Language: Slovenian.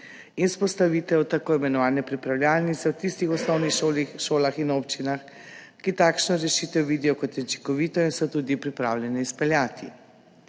in vzpostavitev tako imenovane pripravljalnice v tistih osnovnih šolah in občinah, ki takšno rešitev vidijo kot učinkovito in so jo tudi pripravljene izpeljati.